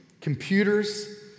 computers